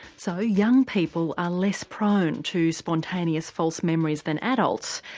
so young people are less prone to spontaneous false memories than adults,